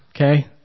okay